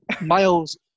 Miles